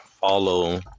follow